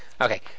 Okay